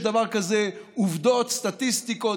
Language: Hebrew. יש דבר כזה עובדות סטטיסטיקות,